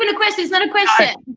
and question, it's not a question!